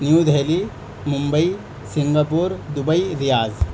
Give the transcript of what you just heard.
new Delhi Mumbai Singapore Dubai Riyadh